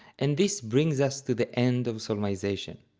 and this brings us to the end of solmization.